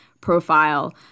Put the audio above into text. profile